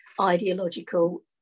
ideological